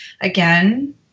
again